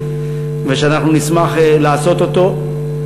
ואנחנו נשמח לעשות אותו.